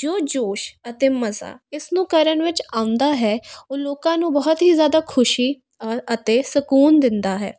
ਜੋ ਜੋਸ਼ ਅਤੇ ਮਜ਼ਾ ਇਸ ਨੂੰ ਕਰਨ ਵਿੱਚ ਆਉਂਦਾ ਹੈ ਉਹ ਲੋਕਾਂ ਨੂੰ ਬਹੁਤ ਹੀ ਜ਼ਿਆਦਾ ਖੁਸ਼ੀ ਅਤੇ ਸਕੂਨ ਦਿੰਦਾ ਹੈ